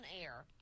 air